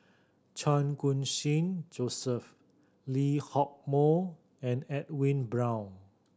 Chan Khun Sing Joseph Lee Hock Moh and Edwin Brown